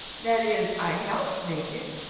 that is, i helped make it.